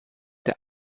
der